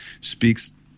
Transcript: speaks